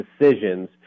decisions